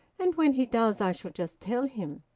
and when he does i shall just tell him.